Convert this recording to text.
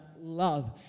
Love